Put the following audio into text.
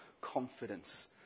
confidence